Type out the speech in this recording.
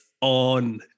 on